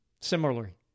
similarly